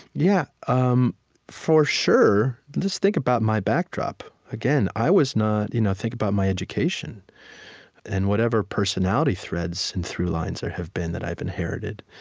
yeah um for sure, just think about my backdrop. again, i was not you know think about my education and whatever personality threads and through-lines there have been that i've inherited.